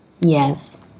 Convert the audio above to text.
Yes